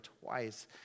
twice